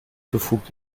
befugt